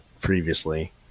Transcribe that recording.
previously